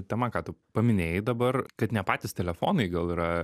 tema ką tu paminėjai dabar kad ne patys telefonai gal yra